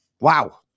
Wow